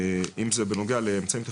אם זה בנוגע לאמצעים טכנולוגיים,